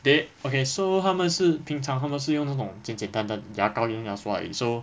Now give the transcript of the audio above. okay okay so 他们是平常他们是用这种简简单单的牙膏跟牙刷而已 so